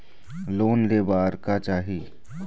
Loan ले बार का चाही?